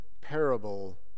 parable